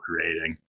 creating